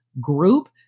group